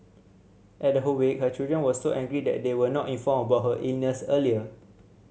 at her wake her children were so angry that they were not informed about her illness earlier